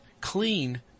clean